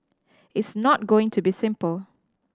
it's not going to be simple